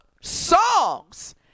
songs